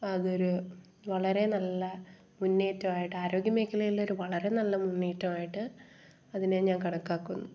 അതൊരു വളരെ നല്ല മുന്നേറ്റമായിട്ട് ആരോഗ്യമേഖലയിലൊരു വളരെ നല്ല മുന്നേറ്റമായിട്ട് അതിനെ ഞാൻ കണക്കാക്കുന്നു